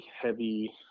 heavy